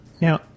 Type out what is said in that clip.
Now